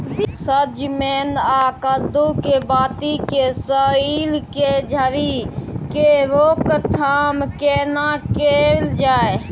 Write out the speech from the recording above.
सजमैन आ कद्दू के बाती के सईर के झरि के रोकथाम केना कैल जाय?